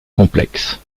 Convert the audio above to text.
complexes